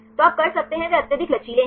तो आप कर सकते हैं वे अत्यधिक लचीले हैं